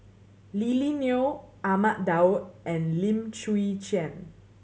Lily Neo Ahmad Daud and Lim Chwee Chian